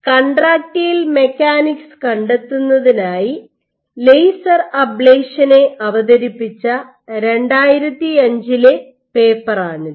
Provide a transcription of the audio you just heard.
contractile mechanics കണ്ടെത്തുന്നതിനായി laser അബ്ളേഷനെ അവതരിപ്പിച്ച 2005 ലെ പേപ്പറാണിത്